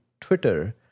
Twitter